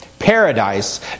paradise